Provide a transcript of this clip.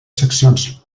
seccions